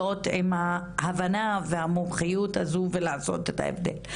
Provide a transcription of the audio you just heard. עם ההבנה והמומחיות הזו ולעשות את ההבדל.